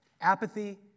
Apathy